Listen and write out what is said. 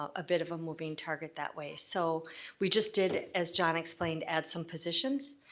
ah a bit of a moving target that way so we just did as john explained, add some positions,